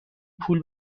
پول